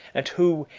and who,